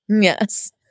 Yes